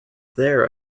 there